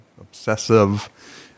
obsessive